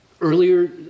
earlier